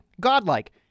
godlike